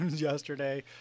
yesterday